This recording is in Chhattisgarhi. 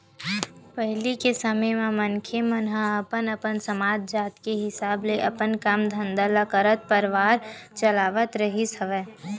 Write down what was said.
पहिली के समे म मनखे मन ह अपन अपन समाज, जात के हिसाब ले अपन काम धंधा ल करत परवार चलावत रिहिस हवय